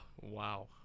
wow